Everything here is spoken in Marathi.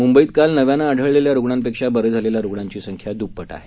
मुंबईत काल नव्यानं आढळलेल्या रुग्णांपेक्षा बरे झालेल्या रुग्णांची संख्या दुपट आहे